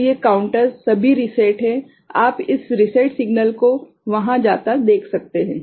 तो ये काउंटर सभी रीसेट हैं आप इस रीसेट सिग्नल को वहां जाता देख सकते हैं